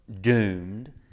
doomed